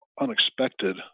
unexpected